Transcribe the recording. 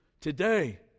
today